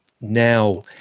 Now